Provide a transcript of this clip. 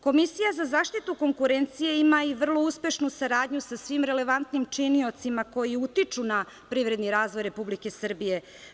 Komisija za zaštitu konkurencije ima i vrlo uspešnu saradnju sa svim relevantnim činiocima koji utiču na privredni razvoj Republike Srbije.